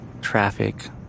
traffic